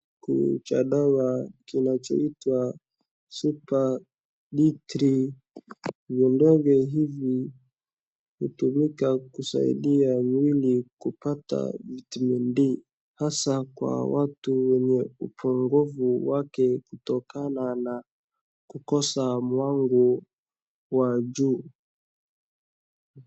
Kucha dawa kinachoitwa Super D3[/cs]. Vidonge hivi hutumika kusaidia mwili kupata vitamini D, hasa kwa watu wenye upungufu wake kutokana na kukosa mwanga wa jua.